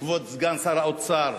כבוד סגן שר האוצר.